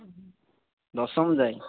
ଦଶମ ଯାଏଁ